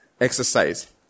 exercise